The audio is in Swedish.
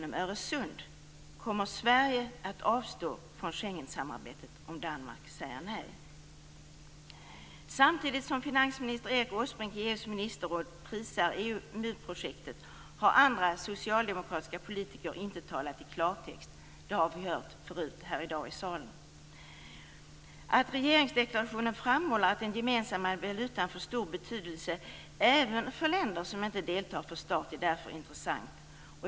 Om Sverige att avstå från Schengensamarbetet om Danmark säger nej? Samtidigt som finansminister Erik Åsbrink i EU:s ministerråd prisar EMU-projektet har andra socialdemokratiska politiker inte talat i klartext. Det har vi hört tidigare i dag här i salen. Att man i regeringsdeklarationen framhåller att den gemensamma valutan får stor betydelse även för länder som inte deltar från start är därför intressant.